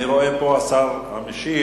אני רואה פה, השר המשיב,